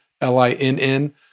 L-I-N-N